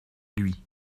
lui